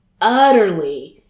utterly